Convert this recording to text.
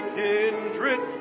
kindred